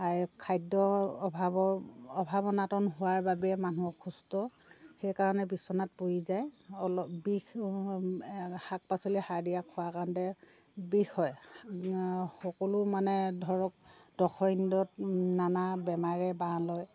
খাদ্য অভাৱ অভাৱ অনাটন হোৱা বাবে মানুহ অসুস্থ সেইকাৰণে বিচনাত পৰি যায় অল বিষ শাক পাচলি সাৰ দিয়া খোৱা কাৰণতে বিষ হয় সকলো মানে ধৰক নানা বেমাৰে বাহ লয়